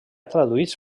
traduïts